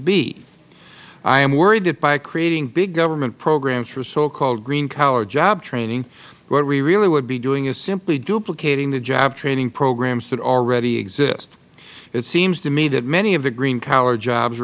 am worried that by creating big government programs for so called green collar job training what we really would be doing is simply duplicating the job training programs that already exist it seems to me that many of the green collar jobs